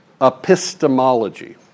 epistemology